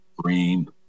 Green